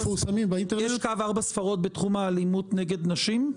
יש ארבע ספרות בתחום האלימות נגד נשים?